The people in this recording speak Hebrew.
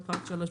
בפרט (3),